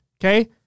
Okay